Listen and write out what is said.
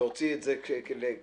להוציא את זה כהנחיה,